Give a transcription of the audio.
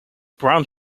brown